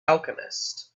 alchemist